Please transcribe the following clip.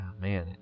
man